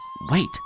Wait